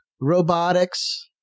robotics